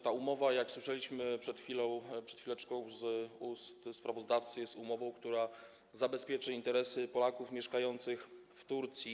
Ta umowa, jak słyszeliśmy przed chwilą, przed chwileczką z ust sprawozdawcy, jest umową, która zabezpieczy interesy Polaków mieszkających w Turcji.